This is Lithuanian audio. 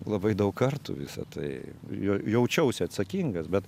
labai daug kartų visa tai jo jaučiausi atsakingas bet